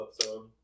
episode